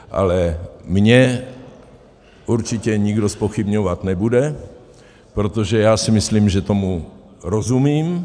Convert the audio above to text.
Ale mě určitě nikdo zpochybňovat nebude, protože já si myslím, že tomu rozumím.